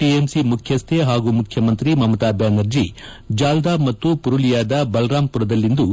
TMC ಮುಖ್ಯಸ್ಥೆ ಹಾಗೂ ಮುಖ್ಯಮಂತ್ರಿ ಮಮತಾ ಬ್ಯಾನರ್ಜಿ ಜಾಲ್ದಾ ಮತ್ತು ಪುರುಲಿಯಾದ ಬಲರಾಮ್ ಮರದಲ್ಲಿಂದು